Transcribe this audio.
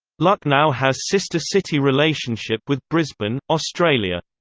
lucknow has sister city relationship with brisbane, australia.